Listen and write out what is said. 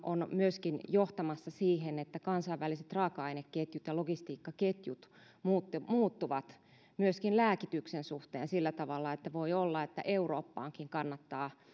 on johtamassa siihen että kansainväliset raaka aineketjut ja logistiikkaketjut muuttuvat muuttuvat myöskin lääkityksen suhteen sillä tavalla että voi olla että eurooppaankin kannattaa